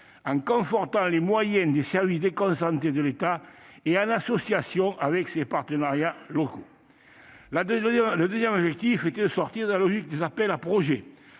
en confortant les moyens des services déconcentrés de l'État [...] et en association avec ses partenaires locaux ». Par ailleurs, il s'agissait de sortir de la logique des appels à projets.